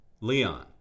Leon